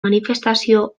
manifestazio